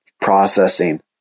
processing